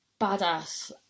badass